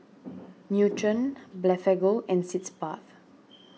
Nutren Blephagel and Sitz Bath